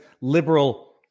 liberal